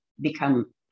become